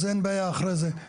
אז אין בעיה אחרי זה,